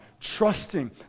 trusting